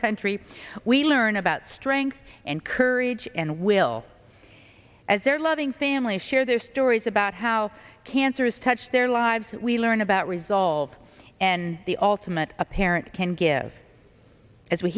country we learn about strength and courage and will as their loving family share their stories about how cancer has touched their lives we learn about resolve and the ultimate a parent can give as we